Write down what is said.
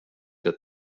der